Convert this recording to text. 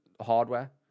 hardware